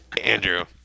Andrew